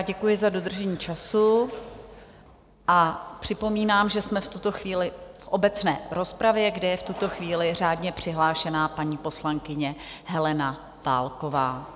Děkuji za dodržení času a připomínám, že jsme v tuto chvíli v obecné rozpravě, kde je v tuto chvíli řádně přihlášená paní poslankyně Helena Válková.